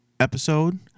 Episode